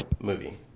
movie